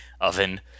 oven